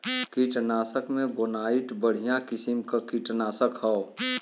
कीटनाशक में बोनाइट बढ़िया किसिम क कीटनाशक हौ